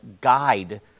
guide